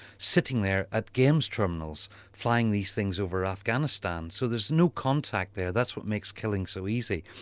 sitting there at games terminals flying these things over afghanistan. so there's no contact there, that's what makes killing so easy.